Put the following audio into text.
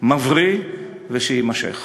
מבריא ושיימשך.